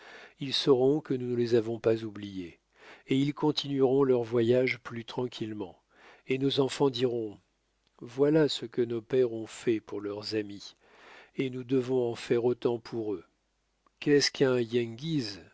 ils sauront que nous ne les avons pas oubliés et ils continueront leur voyage plus tranquillement et nos enfants diront voilà ce que nos pères ont fait pour leurs amis et nous devons en faire autant pour eux qu'est-ce qu'un